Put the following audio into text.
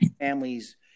families